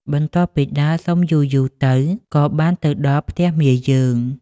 បន្ទាប់ពីដើរសុំយូរៗទៅក៏បានទៅដល់ផ្ទះមាយើង។